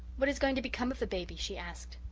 what is going to become of the baby? she asked.